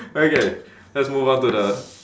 okay let's move on to the